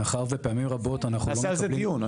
מאחר ופעמים רבות אנחנו לא מקבלים --- נעשה על זה דיון.